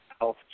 Health